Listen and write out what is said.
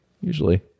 Usually